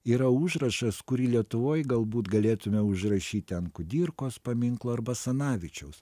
yra užrašas kurį lietuvoj galbūt galėtume užrašyti ant kudirkos paminklo ar basanavičiaus